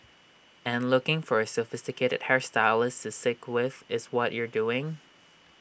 and looking for A sophisticated hair stylist to sick with is what you are doing